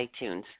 iTunes